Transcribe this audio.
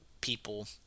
people